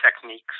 techniques